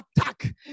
attack